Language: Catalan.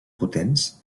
potents